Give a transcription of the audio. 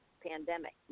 pandemic